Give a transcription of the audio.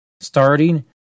Starting